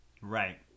right